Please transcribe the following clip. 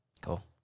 Cool